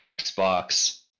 xbox